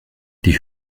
die